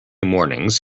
mornings